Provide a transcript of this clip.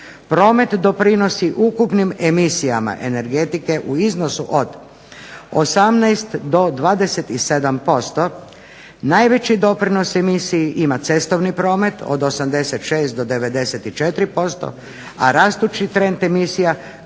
Promet doprinosi ukupnim emisijama energetike u iznosu od 18 do 27%. Najveći doprinos emisiji ima cestovni promet od 86 do 94%, a rastući trend emisija